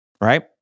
right